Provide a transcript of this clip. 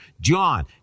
John